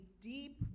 deep